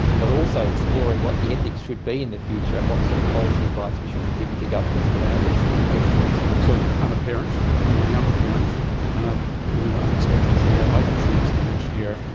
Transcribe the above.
but also exploring what the ethics should be in the future and what sort of policy advice we should be giving to governments around these sorts of questions. so, i'm a parent, i'm a young parent and i'm you know expecting expecting to take out life insurance in the next year,